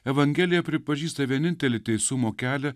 evangelija pripažįsta vienintelį teisumo kelią